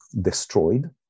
destroyed